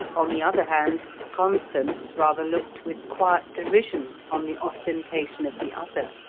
on the other hand, constans rather looked with quiet derision on the ostentation of the other.